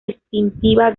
distintiva